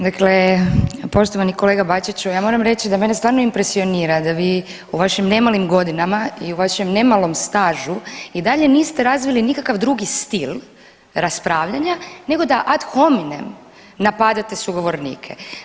Dakle, poštovani kolega Bačiću, ja moram reći da mene stvarno impresionira da vi u vašim nemalim godinama i u vašem nemalom stažu i dalje niste razvili nikakav drugi stil raspravljanja nego da ad hominem napadate sugovornike.